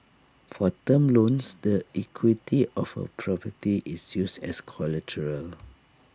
for term loans the equity of A property is used as collateral